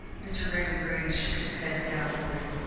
mr. raymond greene shook his head doubtfully.